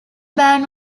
ban